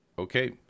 Okay